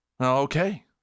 okay